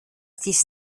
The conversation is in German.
dies